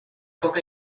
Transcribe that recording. poca